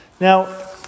Now